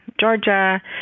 Georgia